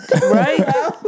Right